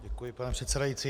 Děkuji, pane předsedající.